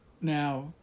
Now